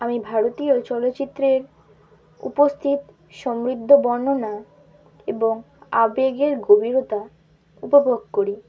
আমি ভারতীয় চলচ্চিত্রের উপস্থিত সমৃদ্ধ বর্ণনা এবং আবেগের গভীরতা উপভোগ করি